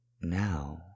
now